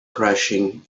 crashing